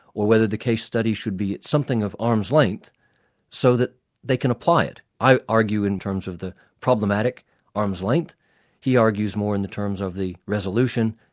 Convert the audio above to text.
or whether the case study should be at something of arm's length so that they can apply it. i argue in terms of the problematic arm's length he argues more in the terms of the resolution,